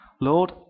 Lord